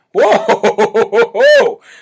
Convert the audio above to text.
whoa